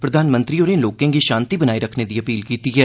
प्रधानमंत्री होरें लोकें गी षांति बनाई रक्खने दी अपील कीती ऐ